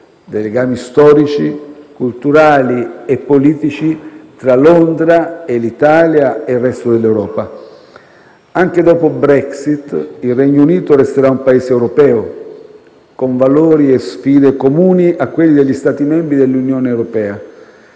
dei legami storici, culturali e politici tra Londra, l'Italia e il resto dell'Europa. Anche dopo Brexit il Regno Unito resterà un Paese europeo, con valori e sfide comuni a quelle degli Stati membri dell'Unione europea.